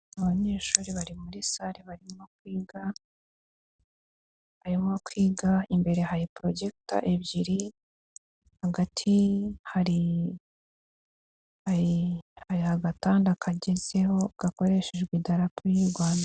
Abanyeshuri bari muri sale barimo kwiga, barimo kwiga, imbere hariporogiteri ebyiri, hagati hari agatanda kagezeho gakoreshejwe idarapo ry'u Rwanda.